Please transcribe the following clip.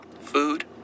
food